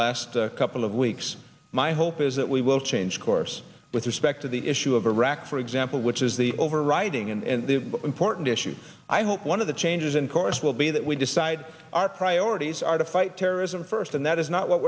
last couple of weeks my hope is that we will change course with respect to the issue of iraq for example which is the overriding and the important issue i hope one of the changes in course will be that we decide our priorities are to fight terrorism first and that is not what